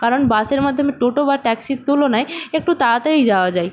কারণ বাসের মাধ্যমে টোটো বা ট্যাক্সির তুলনায় একটু তাড়াতাড়ি যাওয়া যায়